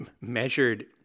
measured